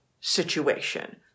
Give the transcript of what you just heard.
situation